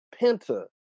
Penta